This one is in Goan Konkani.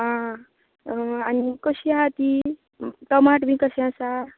आं आनी कशी आसा ती टमाट बी कशें आसा